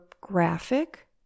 graphic